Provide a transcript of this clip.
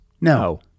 No